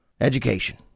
education